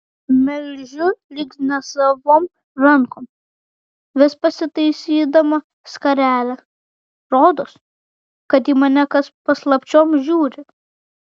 melžiu lyg nesavom rankom vis pasitaisydama skarelę rodos kad į mane kas paslapčiom žiūri